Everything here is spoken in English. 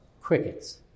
crickets